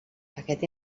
aquest